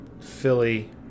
Philly